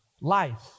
life